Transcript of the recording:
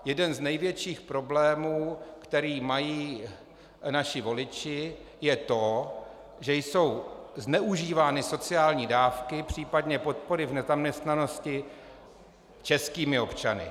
Jeden z největších problémů, které mají naši voliči, je to, že jsou zneužívány sociální dávky, případně podpory v nezaměstnanosti českými občany.